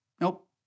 nope